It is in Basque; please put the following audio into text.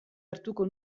hartuko